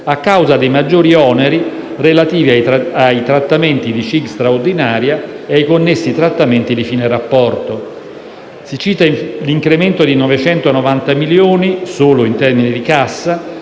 a causa dei maggiori oneri relativi ai trattamenti di CIG straordinaria e ai connessi trattamenti di fine rapporto. Cito poi l'incremento di 990 milioni (solo in termini di cassa)